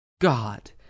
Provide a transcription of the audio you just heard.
God